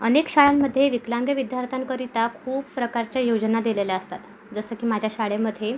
अनेक शाळांमध्ये विकलांग विद्यार्थ्यांकरिता खूप प्रकारच्या योजना दिलेल्या असतात जसं की माझ्या शाळेमधे